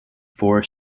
four